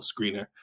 screener